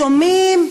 שומעים,